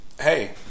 hey